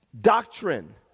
doctrine